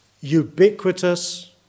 ubiquitous